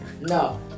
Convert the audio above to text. No